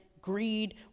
greed